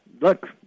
look